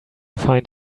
find